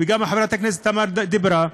וגם חברת הכנסת תמר דיברה,